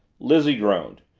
lizzie groaned.